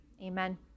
Amen